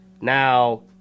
now